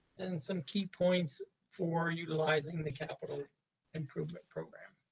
and some key points for and utilizing the capital improvement program.